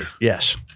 Yes